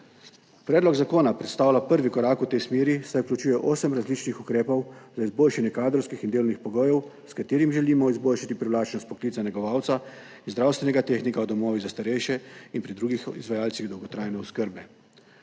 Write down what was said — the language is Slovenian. Predlog zakona predstavlja prvi korak v tej smeri, saj vključuje osem različnih ukrepov za izboljšanje kadrovskih in delovnih pogojev, s katerimi želimo izboljšati privlačnost poklica negovalca zdravstvenega tehnika v domovih za starejše in pri drugih izvajalcih dolgotrajne oskrbe.